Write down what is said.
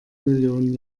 millionen